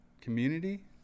community